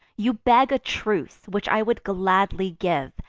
you beg a truce, which i would gladly give,